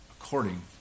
according